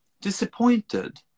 disappointed